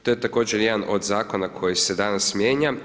To je također jedan od Zakona koji se danas mijenja.